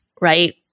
right